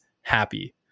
happy